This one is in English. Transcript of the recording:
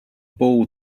ball